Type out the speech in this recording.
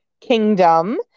kingdom